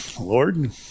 Lord